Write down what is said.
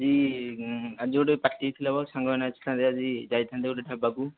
ଆଜି ଆଜି ଗୋଟେ ପାର୍ଟି ଥିଲା ମ ସାଙ୍ଗମାନେ ଆସିଥାନ୍ତେ ଆଜି ଯାଇଥାନ୍ତେ ଗୋଟେ ଢ଼ାବାକୁ